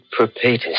perpetus